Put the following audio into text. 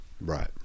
Right